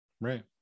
Right